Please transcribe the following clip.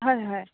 হয় হয়